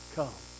come